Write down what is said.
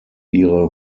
ihre